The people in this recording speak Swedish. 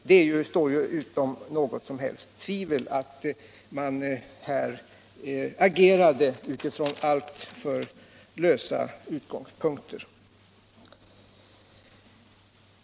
Det står utom något som helst tvivel att man har agerat på alltför lösa grunder.